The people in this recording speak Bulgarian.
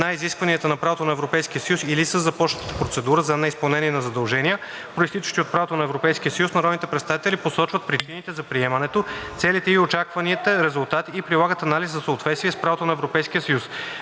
на изисквания на правото на Европейския съюз, или със започната процедура за неизпълнение на задължения, произтичащи от правото на Европейския съюз, народните представители посочват причините за приемането, целите и очакваните резултати и прилагат анализ за съответствие с правото на Европейския съюз.